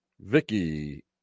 Vicky